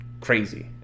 crazy